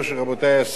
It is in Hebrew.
רבותי השרים,